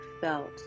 felt